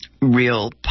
Real